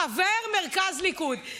חבר מרכז ליכוד.